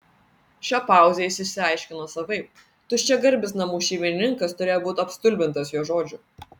šią pauzę jis išsiaiškino savaip tuščiagarbis namų šeimininkas turėjo būti apstulbintas jo žodžių